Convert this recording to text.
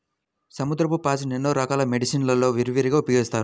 సముద్రపు పాచిని ఎన్నో రకాల మెడిసిన్ లలో విరివిగా ఉపయోగిస్తారు